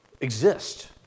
exist